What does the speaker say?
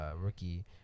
rookie